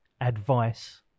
advice